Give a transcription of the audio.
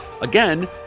again